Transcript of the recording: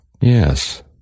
Yes